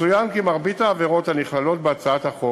יצוין כי מרבית העבירות הנכללות בהצעת החוק